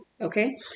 okay